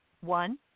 one